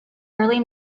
early